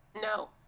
No